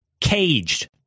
caged